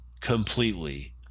completely